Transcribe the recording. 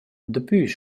daplü